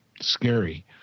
scary